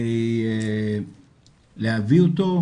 להביא אותו,